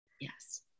Yes